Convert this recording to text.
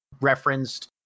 referenced